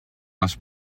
les